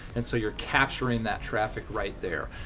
and so you're capturing that traffic right there.